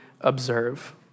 observe